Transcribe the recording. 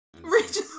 Regional